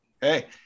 hey